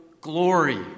glory